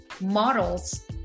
models